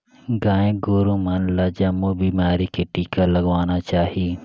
गाय गोरु मन ल जमो बेमारी के टिका लगवाना चाही